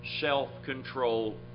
self-control